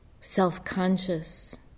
self-conscious